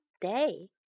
day